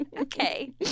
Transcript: Okay